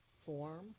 form